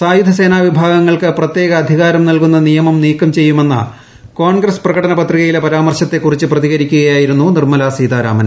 സായുധ സേനാ വിഭാഗങ്ങൾക്ക് പ്രത്യേക അധികാരം നൽകുന്ന നിയമം നീക്കം ചെയ്യുമെന്ന കോൺഗ്രസ് പ്രകടന പത്രികയിലെ പരാമർശത്തെ കുറിച്ച് പ്രതികരിക്കുകയായിരുന്നു നിർമ്മലാ സീതാരാമൻ